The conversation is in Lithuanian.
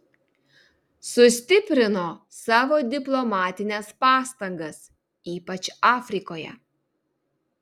sustiprino savo diplomatines pastangas ypač afrikoje